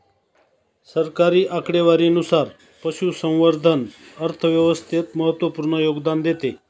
सरकारी आकडेवारीनुसार, पशुसंवर्धन अर्थव्यवस्थेत महत्त्वपूर्ण योगदान देते